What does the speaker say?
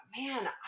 man